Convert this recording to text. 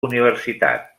universitat